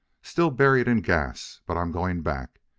still buried in gas but i'm going back.